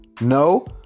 No